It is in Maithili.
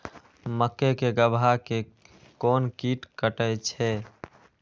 मक्के के गाभा के कोन कीट कटे छे?